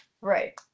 Right